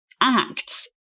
acts